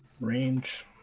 Range